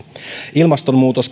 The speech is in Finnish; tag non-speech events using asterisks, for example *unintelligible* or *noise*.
ilmastonmuutos *unintelligible*